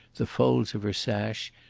the folds of her sash,